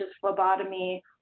phlebotomy